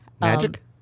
Magic